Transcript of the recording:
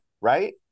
right